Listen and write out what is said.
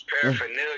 paraphernalia